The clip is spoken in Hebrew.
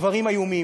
דברים איומים.